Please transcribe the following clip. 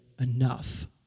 enough